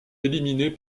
éliminées